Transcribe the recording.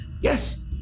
yes